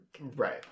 right